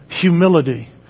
humility